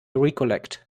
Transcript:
recollect